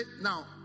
now